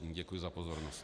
Děkuji za pozornost.